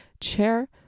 chair